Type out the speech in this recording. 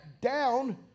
down